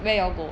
where you go